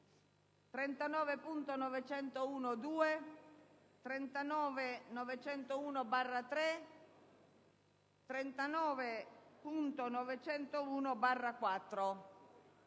39.901/2, 39.901/3, 39.901/4,